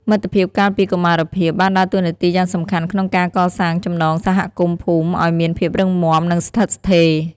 មិត្តភាពកាលពីកុមារភាពបានដើរតួនាទីយ៉ាងសំខាន់ក្នុងការកសាងចំណងសហគមន៍ភូមិឱ្យមានភាពរឹងមាំនិងស្ថិតស្ថេរ។